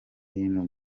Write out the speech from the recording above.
hino